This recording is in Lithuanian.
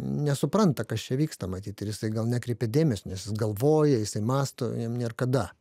nesupranta kas čia vyksta matyt ir jisai gal nekreipia dėmesio nes jis galvoja jisai mąsto jam nėr kada